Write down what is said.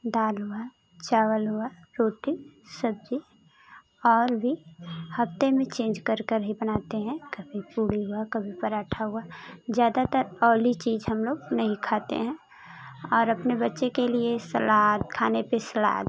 दाल हुआ चावल हुआ रोटी सब्ज़ी और भी हफ़्ते में चेंज कर कर के बनाते हैं कभी पूड़ी हुआ पराँठा हुआ ज़्यादातर आयली चीज़ हम लोग नहीं खाते हैं और अपने बच्चे के लिए सलाद खाने पर सलाद